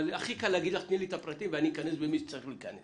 הכי קל לומר לך שתתני לי את הפרטים ואני אכנס במי שצריך להיכנס.